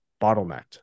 bottlenecked